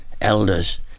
elders